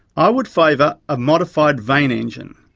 i would favour a modified vane engine.